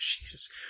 Jesus